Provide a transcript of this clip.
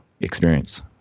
experience